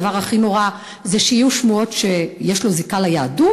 הדבר הכי נורא זה שיהיו שמועות שיש לו זיקה ליהדות.